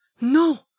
No